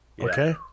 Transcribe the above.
okay